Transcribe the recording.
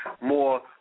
More